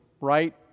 right